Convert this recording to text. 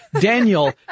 Daniel